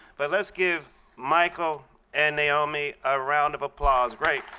but let's give michael and naomi a round of applause. great,